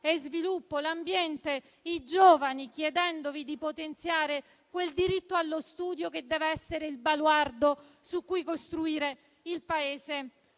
e sviluppo, l'ambiente, i giovani, chiedendovi di potenziare quel diritto allo studio che deve essere il baluardo su cui costruire il Paese